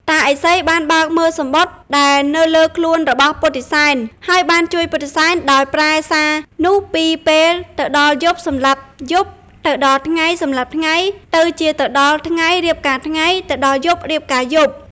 តាឥសីបានបើកមើលសំបុត្រដែលនៅលើខ្លួនរបស់ពុទ្ធិសែន ហើយបានជួយពុទ្ធិសែនដោយប្រែសារនោះពី "ពេលទៅដល់យប់សម្លាប់យប់ ទៅដល់ថ្ងៃសម្លាប់ថ្ងៃ" ទៅជា "ទៅដល់ថ្ងៃរៀបការថ្ងៃ ដល់យប់រៀបការយប់"។